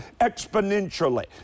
exponentially